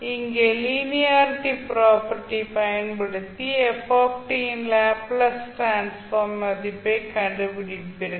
இங்கே linearity property பயன்படுத்தி f இன் லேப்ளேஸ் டிரான்ஸ்ஃபார்ம் மதிப்பைக் கண்டுபிடிப்பீர்கள்